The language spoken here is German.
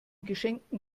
geschenkten